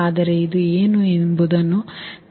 ಆದರೆ ಇದು ಏನು ಎಂದು ನಾವು ನಿಮಗೆ ಹೇಳುತ್ತೇವೆ